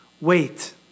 wait